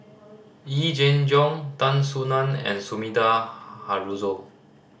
Yee Jenn Jong Tan Soo Nan and Sumida Haruzo